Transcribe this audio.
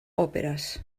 òperes